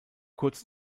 kurz